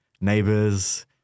Neighbors